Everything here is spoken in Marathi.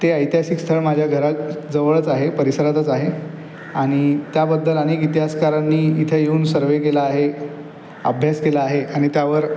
ते ऐतिहासिक स्थळ माझ्या घरा ज् जवळच आहे परिसरातच आहे आणि त्याबद्दल अनेक इतिहासकारांनी इथे येऊन सर्वे केला आहे अभ्यास केला आहे आणि त्यावर